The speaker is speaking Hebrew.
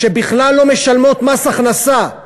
שבכלל לא משלמות מס הכנסה,